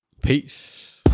Peace